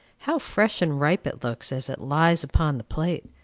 how fresh and ripe it looks as it lies upon the plate,